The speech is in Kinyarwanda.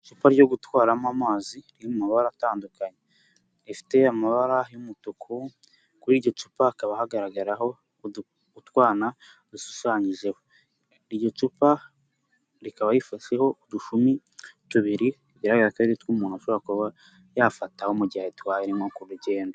Icupa ryo gutwaramo amazi, riri mu mabara atandukanye, rifite amabara y'umutuku, kuri iryo cupa hakaba hagaragaraho, utwana dushushanyijeho, iryo cupa rikaba rifasheho udushumi tubiri, bigaragar ko umuntu ashobora kuba yafataho mu gihe aritwaye, ari nko ku rugendo.